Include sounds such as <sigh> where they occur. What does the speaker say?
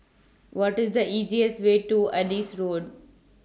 What IS The easiest Way to <noise> Adis Road